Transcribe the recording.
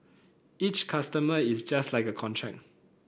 each customer is just like a contract